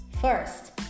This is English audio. First